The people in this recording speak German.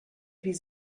wie